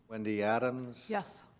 wendy adams. yes.